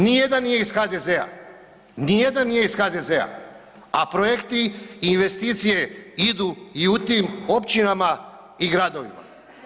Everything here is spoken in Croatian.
Ni jedan nije iz HDZ-a, ni jedan nije iz HDZ-a, a projekti i investicije idu i u tim općinama i gradovima.